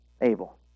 Abel